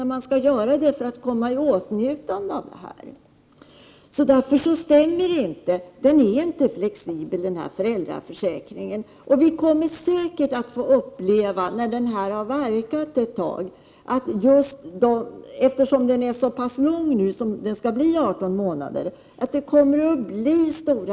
Det gäller både det första och det andra barnet. Därför är denna föräldraförsäkring inte flexibel. När föräldraförsäkringen varit i kraft ett tag, kommer vi säkerligen att få uppleva att stora grupper av människor kommer i kläm, eftersom försäkringen kommer att Prot. 1988/89:96 omfatta så lång tid som 18 månader.